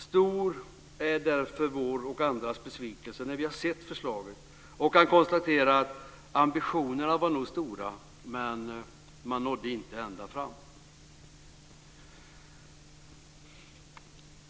Stor är därför vår och andras besvikelse när vi har sett förslaget och kan konstatera att ambitionerna nog var stora, men man nådde inte ända fram.